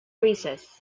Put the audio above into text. races